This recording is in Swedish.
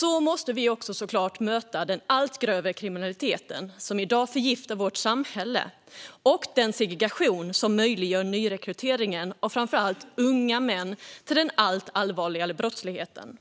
Så måste vi såklart också möta den allt grövre kriminalitet som i dag förgiftar vårt samhälle och den segregation som möjliggör nyrekrytering av framför allt unga män till den allt allvarligare brottsligheten.